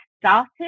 started